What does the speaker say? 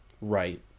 Right